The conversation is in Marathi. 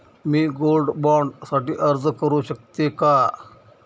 मी गोल्ड बॉण्ड साठी अर्ज करु शकते का?